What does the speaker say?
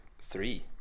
three